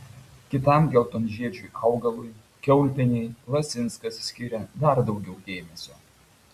kitam geltonžiedžiui augalui kiaulpienei lasinskas skiria dar daugiau dėmesio